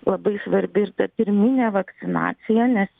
labai svarbi ir ta pirminė vakcinacija nes